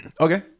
Okay